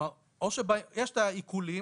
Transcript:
יש את העיקולים,